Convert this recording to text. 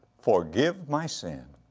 forgive my sin,